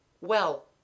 Well